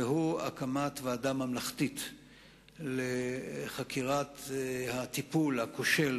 והוא הקמת ועדה ממלכתית לחקירת הטיפול הכושל